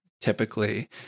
typically